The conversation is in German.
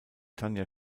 tanja